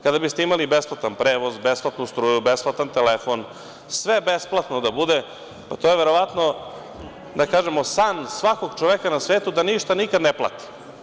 Kada biste imali besplatan prevoz, besplatnu struju, besplatan telefon, sve besplatno da bude, to je verovatno, da kažemo, san svakog čoveka na svetu da ništa nikad ne plati.